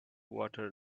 water